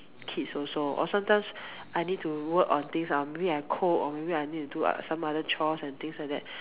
kids also or sometimes I need to work on things or maybe I cook or maybe I need to do ot~ some other chores and things like that